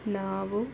ನಾವು